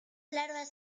larvas